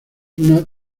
una